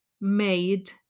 made